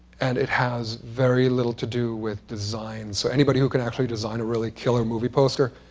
and it has very little to do with design. so anybody who can actually design a really killer movie poster,